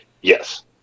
Yes